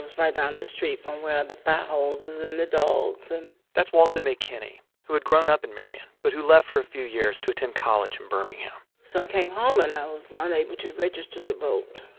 was right down the street from where the fire hoses and the dogs and. that's walta mae kennie, who had grown up in marion but who left for a few years to attend college in birmingham so i came home, and i was unable to register to vote.